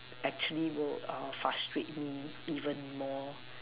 actually will err frustrate me even more